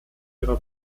ihrer